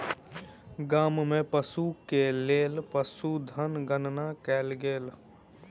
गाम में पशु के लेल पशुधन गणना कयल गेल